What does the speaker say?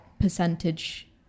percentage